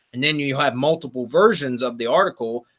and then you you have multiple versions of the article,